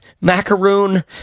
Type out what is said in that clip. macaroon